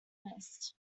missed